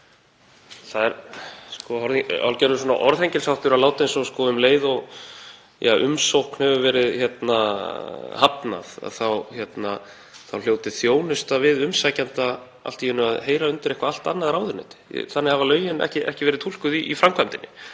Það er hálfgerður orðhengilsháttur að láta eins og að um leið og umsókn hefur verið hafnað þá hljóti þjónusta við umsækjanda allt í einu að heyra undir eitthvert allt annað ráðuneyti. Þannig hafa lögin ekki verið túlkuð í framkvæmdinni.